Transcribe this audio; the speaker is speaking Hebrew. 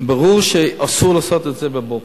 ברור שאסור לעשות את זה בבוקר,